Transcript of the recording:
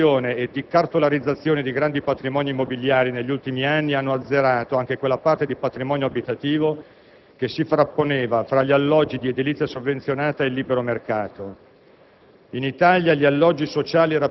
Le politiche di privatizzazione e di cartolarizzazione di grandi patrimoni immobiliari negli ultimi anni hanno azzerato anche quella parte di patrimonio abitativo che si frapponeva fra gli alloggi di edilizia sovvenzionata e il libero mercato.